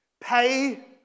pay